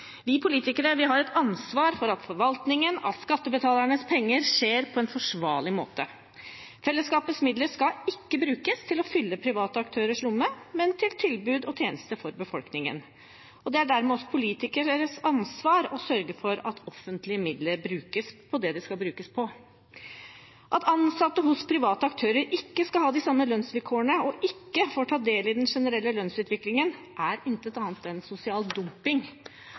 Vi politikere har et ansvar for at forvaltningen av skattebetalernes penger skjer på en forsvarlig måte. Fellesskapets midler skal ikke brukes til å fylle private aktørers lommer, men til tilbud og tjenester for befolkningen. Det er dermed vårt ansvar som politikere å sørge for at offentlige midler brukes på det de skal brukes på. At ansatte hos private aktører ikke skal ha de samme lønnsvilkårene og ikke få ta del i den generelle lønnsutviklingen, er intet annet enn sosial dumping.